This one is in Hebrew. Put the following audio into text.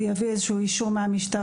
הוא יביא איזה שהוא אישור מהמשטרה?